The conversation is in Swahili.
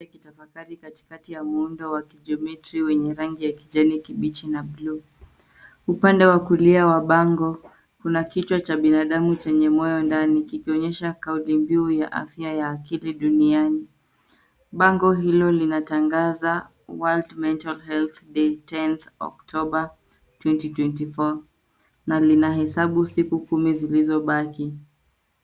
Kitafakari katika muundo wa kijiometri wenye rangi ya kijani kibichi na bluu, upande wa kulia wa bango kuna kichwa cha binadamu chenye moyo ndani kikionyesha kauli mbinu ya afya ya akili duniani, bango hilo linatangaza World Mental Health Day tenth October twenty twenty four na lina hesabu siku kumi zilizo baki.